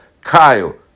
Kyle